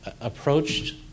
approached